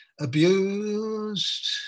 abused